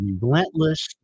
relentless